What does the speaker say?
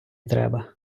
треба